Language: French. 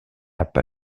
pas